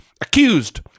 accused